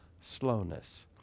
slowness